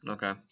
Okay